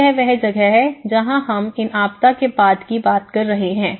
तो यह वह जगह है जहां हम इन आपदा के बाद की बात करते हैं